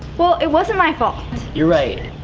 well, it wasn't my fault. you're right.